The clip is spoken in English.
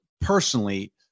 personally